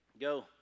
go